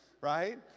right